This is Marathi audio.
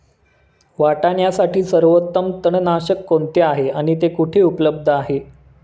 वाटाण्यासाठी सर्वोत्तम तणनाशक कोणते आहे आणि ते कुठे उपलब्ध आहे?